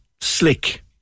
slick